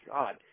God